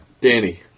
Danny